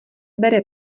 bere